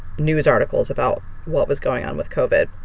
news articles about what was going on with covid.